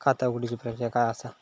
खाता उघडुची प्रक्रिया काय असा?